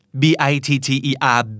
bitter